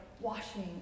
washing